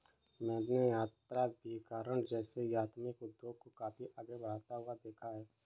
मैंने यात्राभिकरण जैसे एथनिक उद्योग को काफी आगे बढ़ता हुआ देखा है